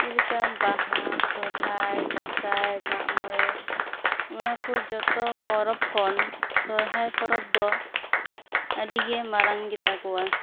ᱡᱮᱞᱮᱠᱟ ᱵᱟᱦᱟ ᱥᱚᱨᱦᱟᱭ ᱫᱟᱸᱥᱟᱭ ᱢᱟᱜ ᱢᱚᱬᱮ ᱚᱱᱟᱠᱚ ᱡᱚᱛᱚ ᱯᱚᱨᱚᱵᱽ ᱠᱷᱚᱱ ᱥᱚᱨᱦᱟᱭ ᱯᱚᱨᱚᱵᱽ ᱫᱚ ᱟᱹᱰᱤ ᱜᱮ ᱢᱟᱨᱟᱝ ᱜᱮᱛᱟ ᱠᱩᱣᱟ